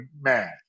man